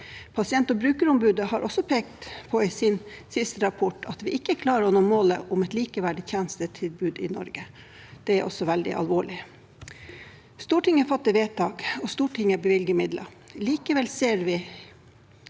Pasient- og brukerombudet har også pekt på i sin siste rapport at vi ikke klarer å nå målet om et likeverdig tjenestetilbud i Norge. Det er også veldig alvorlig. Stortinget fatter vedtak, og Stortinget bevilger midler. Likevel ser vi